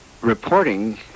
reporting